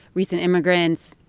recent immigrants,